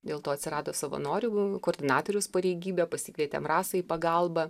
dėl to atsirado savanorių koordinatoriaus pareigybė pasikvietėm rasą į pagalbą